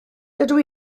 dydw